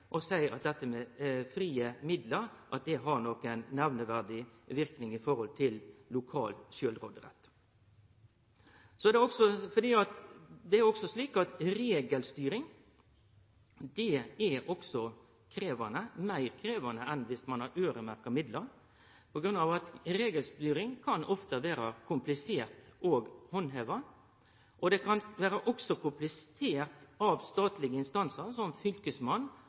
at dette med frie midlar har nokon nemneverdig verknad når det gjeld lokal sjølvråderett. Det er også slik at regelstyring er meir krevjande enn viss ein har øyremerkte midlar, for regelverk kan ofte vere kompliserte å handheve, og det kan også vere komplisert for statlege instansar, som